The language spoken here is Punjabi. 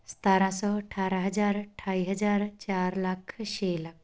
ਸਤਾਰਾਂ ਸੌ ਅਠਾਰਾਂ ਹਜ਼ਾਰ ਅਠਾਈ ਹਜ਼ਾਰ ਚਾਰ ਲੱਖ ਛੇ ਲੱਖ